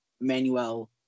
Manuel